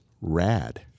rad